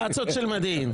תָּצָ"אוֹת של מודיעין.